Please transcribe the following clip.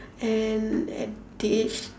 and at the age